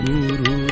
Guru